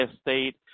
State